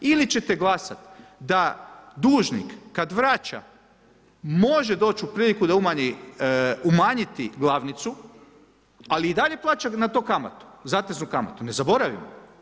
Ili ćete glasat da dužnik kad vraća može doći u priliku umanjiti glavnicu, ali i dalje plaća na to kamatu, zateznu kamatu, ne zaboravimo.